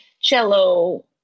cello